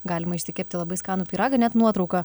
galima išsikepti labai skanų pyragą net nuotrauką